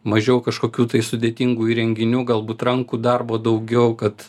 mažiau kažkokių tai sudėtingų įrenginių galbūt rankų darbo daugiau kad